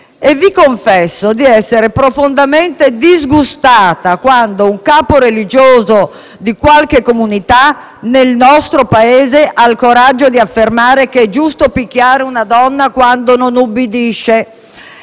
Vi confesso di essere profondamente disgustata quando un capo religioso di qualche comunità, nel nostro Paese, ha il coraggio di affermare che è giusto picchiare una donna quando non ubbidisce.